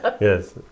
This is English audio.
Yes